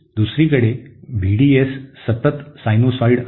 दुसरीकडे V D S सतत sinusoid आहे